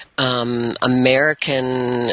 American